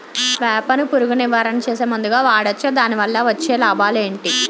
వేప ను పురుగు నివారణ చేసే మందుగా వాడవచ్చా? దాని వల్ల వచ్చే లాభాలు ఏంటి?